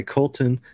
Colton